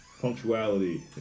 Punctuality